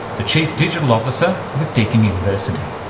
the chief digital officer with deakin university.